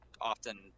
often